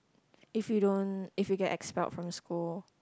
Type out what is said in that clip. if you don't if you get expelled from school